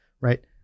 right